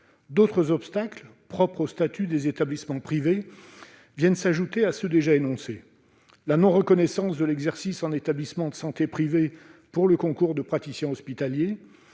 D'autres obstacles propres au statut des établissements privés viennent s'ajouter à ceux que je viens de mentionner : la non-reconnaissance de l'exercice en établissement de santé privé pour le concours de praticien hospitalier,